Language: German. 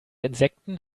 insekten